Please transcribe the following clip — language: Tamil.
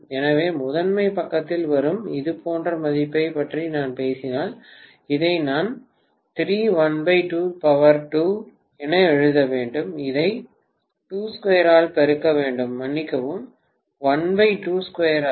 எனவே முதன்மை பக்கத்தில் வரும் இதேபோன்ற மதிப்பைப் பற்றி நான் பேசினால் இதை நான் 3122 என எழுத வேண்டும் அல்லது 2 ஆல் பெருக்க வேண்டும் மன்னிக்கவும் 122 அல்ல